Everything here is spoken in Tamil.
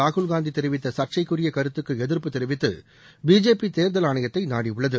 ராகுல் காந்தி தெரிவித்த சர்ச்சைக்குரிய கருத்துக்கு எதிர்ப்பு தெரிவித்து பிஜேபி தேர்தல் ஆணையத்தை நாடியுள்ளது